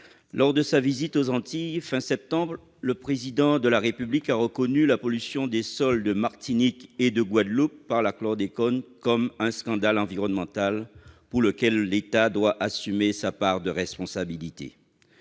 lors de sa visite aux Antilles à la fin du mois de septembre dernier, le Président de la République a reconnu la pollution des sols de Martinique et de Guadeloupe par la chlordécone comme un « scandale environnemental », pour lequel l'État doit assumer sa part de responsabilité.